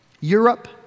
Europe